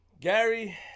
Gary